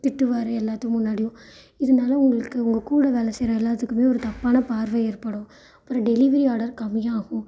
திட்டுவார் எல்லோத்து முன்னாடியும் இருந்தாலும் உங்களுக்கு உங்கக்கூட வேலை செய்கிற எல்லோத்துக்குமே ஒரு தப்பான பார்வை ஏற்படும் அப்புறம் டெலிவரி ஆடர் கம்மியாக ஆகும்